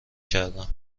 کردم